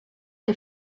der